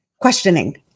questioning